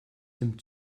dem